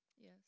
Yes